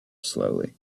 slowly